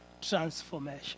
Transformation